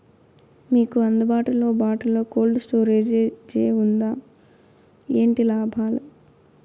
మీకు అందుబాటులో బాటులో కోల్డ్ స్టోరేజ్ జే వుందా వుంటే ఏంటి లాభాలు?